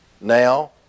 Now